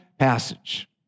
passage